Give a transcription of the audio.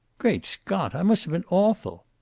great scott! i must have been awful.